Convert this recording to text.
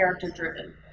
character-driven